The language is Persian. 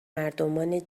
مردمان